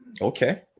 Okay